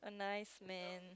a nice man